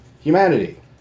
humanity